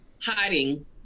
hiding